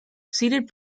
seated